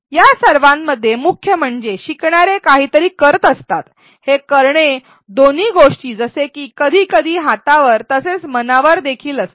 या सर्वांमध्ये मुख्य म्हणजे शिकणारे काहीतरी करत असतात आणि हे करणे दोन्ही गोष्टी जसे की कधीकधी हातावर तसेच मनावर देखील असते